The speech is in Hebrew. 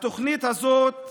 התוכנית הזאת,